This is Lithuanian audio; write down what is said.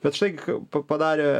bet šitai pa padarė